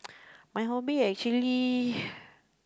my hobby actually